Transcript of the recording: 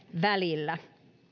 välillä